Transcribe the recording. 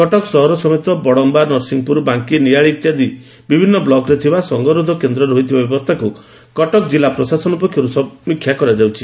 କଟକ ସହର ସମେତ ବଡମ୍ୟା ନରସିଂହପୁର ବାଙ୍କୀ ନିଆଳି ଇତ୍ୟାଦି ବିଭିନ୍ନ ବ୍ଲକରେ ଥିବା ସଂଗରୋଧ କେନ୍ଦରେ ହୋଇଥିବା ବ୍ୟବସ୍ଥାକୁ କଟକ ଜିଲ୍ଲା ପ୍ରଶାସନ ପକ୍ଷରୁ ସମୀକ୍ଷା କରାଯାଉଛି